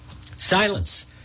Silence